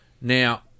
Now